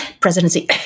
presidency